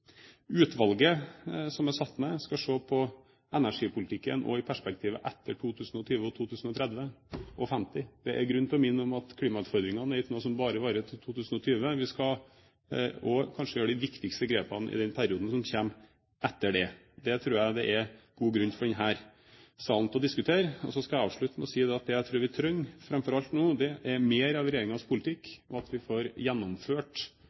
Utvalget som er satt ned, skal se på energipolitikken også i perspektivet etter 2020, 2030 og 2050 – det er grunn til å minne om at klimautfordringene ikke er noe som bare varer til 2020. Vi skal kanskje ta de viktigste grepene i den perioden som kommer etter det. Det tror jeg det er god grunn for denne salen til å diskutere. Så skal jeg avslutte med å si at det jeg tror vi trenger framfor alt nå, er mer av regjeringens politikk, og at vi får gjennomført